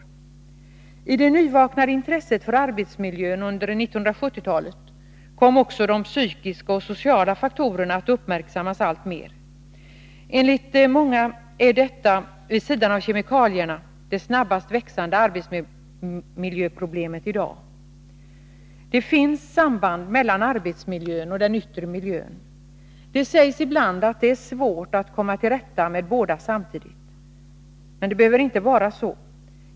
Genom det nyvaknade intresset för arbetsmiljön under 1970-talet kom också de psykiska och sociala faktorerna att uppmärksammas alltmer. Enligt många är detta vid sidan av kemikalierna det snabbast växande arbetsmiljöproblemet i dag. Det finns samband mellan arbetsmiljön och den yttre miljön. Det sägs ibland att det är svårt att komma till rätta med båda samtidigt, men det behöver inte vara så.